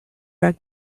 back